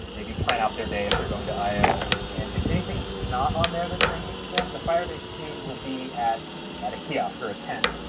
maybe plan out there day if they're going to i o. and if anything's not on there that you're interested in, the firebase team will be at at a kiosk or a tent.